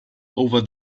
over